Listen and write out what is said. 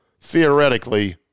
theoretically